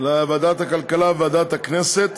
לוועדת הכלכלה ולוועדת הכנסת